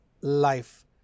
life